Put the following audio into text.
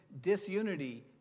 disunity